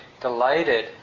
delighted